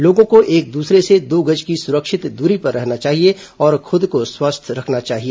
लोगों को एक दूसरे से दो गज की सुरक्षित दूरी पर रहना चाहिए और खुद को स्वस्थ रखना चाहिए